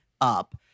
up